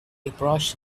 approached